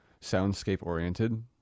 soundscape-oriented